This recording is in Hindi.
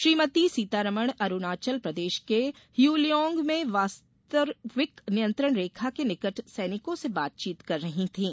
श्रीमती सीतारमन अरूणाचल प्रदेश के हयुलियांग में वास्तरविक नियंत्रण रेखा के निकट सैनिकों से बातचीत कर रही थीं